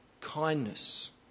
kindness